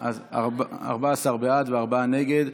אז 14 בעד, ארבעה נגד.